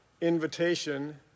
invitation